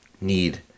need